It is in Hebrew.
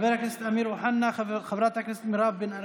חבר הכנסת אמיר אוחנה, חברת הכנסת מירב בן ארי,